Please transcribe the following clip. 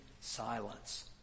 Silence